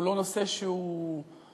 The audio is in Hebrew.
הוא לא נושא שהוא צבעוני,